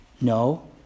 No